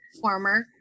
former